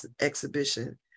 exhibition